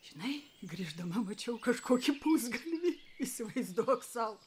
žinai grįždama mačiau kažkokį pusgalvį įsivaizduok sau